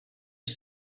ich